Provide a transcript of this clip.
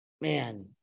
man